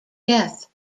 death